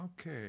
okay